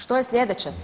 Što je sljedeće?